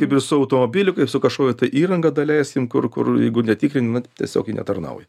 kaip visų automobilių su kažkokia tai įranga daleiskim kur kur jeigu netikrinam tiesiog ji tarnauja